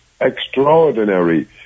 extraordinary